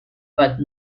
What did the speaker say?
but